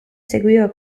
seguiva